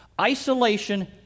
isolation